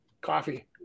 coffee